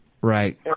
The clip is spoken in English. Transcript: Right